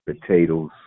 potatoes